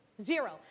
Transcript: zero